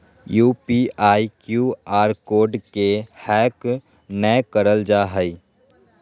UPI, Q R code के hack नयय करल जा हइ